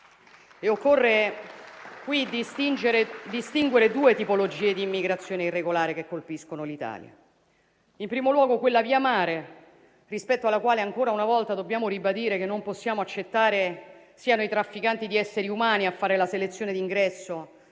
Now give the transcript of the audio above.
e occorre qui distinguere due tipologie di immigrazione irregolare che colpiscono l'Italia: in primo luogo, quella via mare, rispetto alla quale ancora una volta dobbiamo ribadire che non possiamo accettare che siano i trafficanti di esseri umani a fare la selezione di ingresso